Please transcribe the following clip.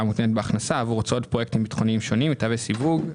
מותנית בהכנסה עבור הוצאות פרויקטים ביטחוניים שונים בתהליך סיווג.